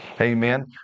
Amen